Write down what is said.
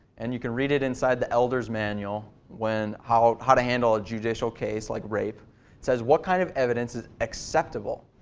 and you can read it inside the elder's manual. like how how to handle a judicial case like rape. it says what kind of evidence is acceptable?